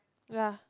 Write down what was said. ya